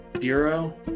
bureau